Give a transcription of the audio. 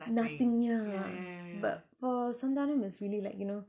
nothing ya but for santhanam is really like you know